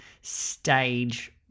stage